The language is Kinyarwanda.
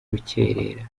rukerera